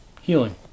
healing